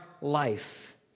life